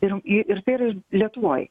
ir į ir tai yra lietuvoj